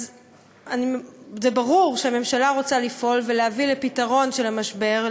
אז זה ברור שהממשלה רוצה לפעול ולהביא לפתרון המשבר,